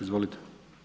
Izvolite.